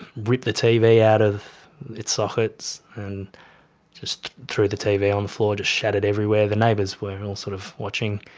ripped the tv out of its sockets and just threw the tv on the floor, it just shattered everywhere. the neighbours were all sort of watching,